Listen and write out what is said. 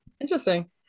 Interesting